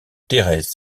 thérèse